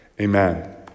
Amen